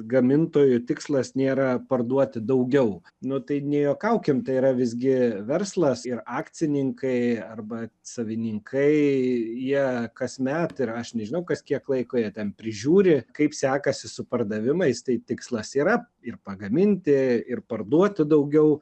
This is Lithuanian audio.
gamintojų tikslas nėra parduoti daugiau nu tai nejuokaukim tai yra visgi verslas ir akcininkai arba savininkai jie kasmet ir aš nežinau kas kiek laiko jie ten prižiūri kaip sekasi su pardavimais tai tikslas yra ir pagaminti ir parduoti daugiau